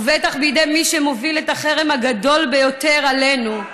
ובטח בידי מי שמוביל את החרם הגדול ביותר עלינו,